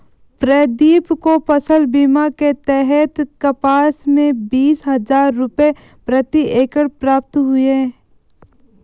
प्रदीप को फसल बीमा के तहत कपास में बीस हजार रुपये प्रति एकड़ प्राप्त हुए